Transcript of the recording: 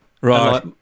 Right